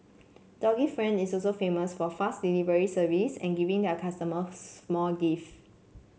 doggy friend is also famous for fast delivery service and giving their customers small gifts